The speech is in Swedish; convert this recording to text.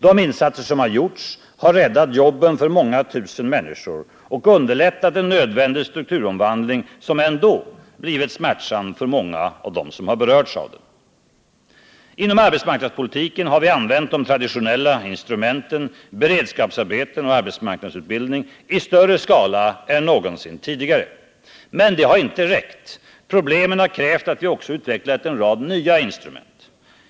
De insatser som har gjorts har räddat jobben för många tusen människor och underlättat en nödvändig strukturomvandling, som ändå har blivit smärtsam för många av dem som berörts. Inom arbetsmarknadspolitiken har vi använt de traditionella instrumenten — beredskapsarbeten och arbetsmarknadsutbildning — i större skala än någonsin tidigare. Men detta har inte räckt. Problemen har krävt att vi också utvecklat en rad nya instrument.